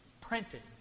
printed